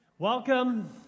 Welcome